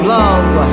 love